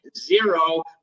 zero